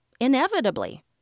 inevitably